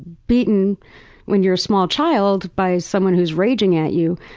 beaten when you're a small child by someone who's raging at you,